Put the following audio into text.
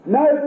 no